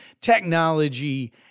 technology